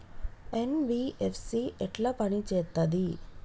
NBFC ఎట్ల పని చేత్తది?